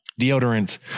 Deodorants